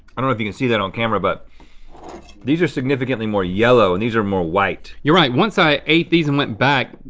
i don't know if you can see that on camera but these are significantly more yellow and these are more white. you're right, once i ate these and went back,